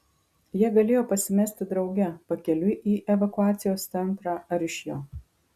jie galėjo pasimesti drauge pakeliui į evakuacijos centrą ar iš jo